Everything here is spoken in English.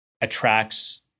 attracts